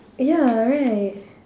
ya right